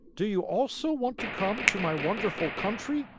do you also want to come to my wonderful country?